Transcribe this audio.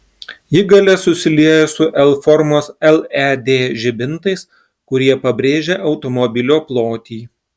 ji gale susilieja su l formos led žibintais kurie pabrėžia automobilio plotį